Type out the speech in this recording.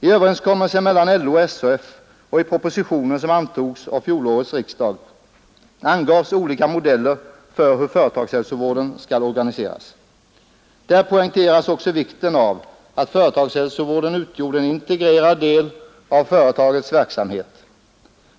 I överenskommelsen mellan LO och SAF och i propositionen som antogs av fjolårets riksdag angavs olika modeller för hur företagshälsovården skulle organiseras. Där poängterades också vikten av att företagshälsovården utgjorde en integrerad del av företagets verksamhet.